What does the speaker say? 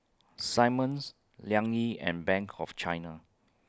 Simmons Liang Yi and Bank of China